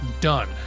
done